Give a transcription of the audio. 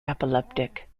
epileptic